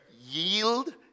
Yield